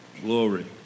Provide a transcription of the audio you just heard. Glory